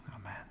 Amen